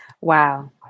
Wow